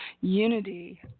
unity